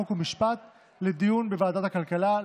חוק ומשפט לדיון בוועדת הכלכלה,